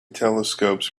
telescopes